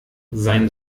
sein